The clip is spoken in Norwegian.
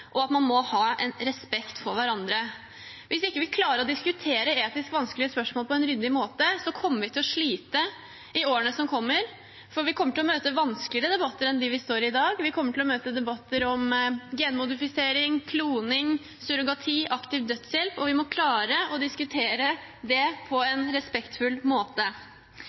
og at man må ha en respekt for hverandre. Hvis vi ikke klarer å diskutere etisk vanskelige spørsmål på en ryddig måte, kommer vi til å slite i årene som kommer, for vi kommer til å møte vanskeligere debatter enn dem vi står i i dag. Vi kommer til å møte debatter om genmodifisering, kloning, surrogati, aktiv dødshjelp, og vi må klare å diskutere det på en respektfull måte.